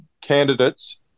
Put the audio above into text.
candidates